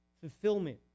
fulfillment